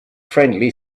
friendly